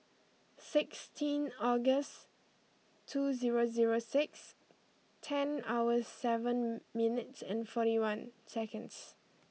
sixteen August two zero zero six ten hour seven minutes and forty one seconds